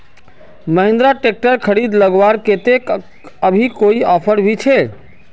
Mahindra tractor खरीद लगवार केते अभी कोई ऑफर भी छे?